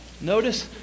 notice